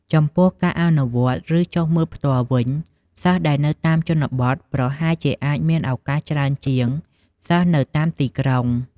ចំពោះការអនុវត្ត ឬចុះមើលផ្ទាល់វិញ សិស្សដែលនៅតាមជនបទប្រហែលជាអាចមានឱកាសច្រើនជាងសិស្សនៅតាមទីក្រុង។